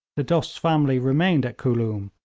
the dost's family remained at khooloom,